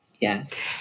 yes